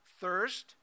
thirst